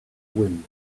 win